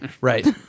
Right